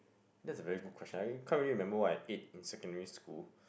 that's a very good question I can't really remember what I ate in secondary school